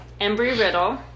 Embry-Riddle